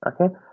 Okay